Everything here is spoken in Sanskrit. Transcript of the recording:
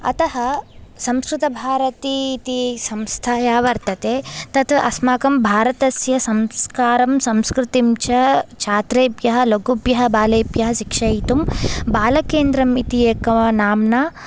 अतः संस्कृतभारतीति संस्था या वर्तते तत् अस्माकं भारतस्य संस्कारं संस्कृतिं च छात्रेभ्यः लघुभ्यः बालेभ्यः शिक्षयितुं बालकेन्द्रम् इति एक नाम्ना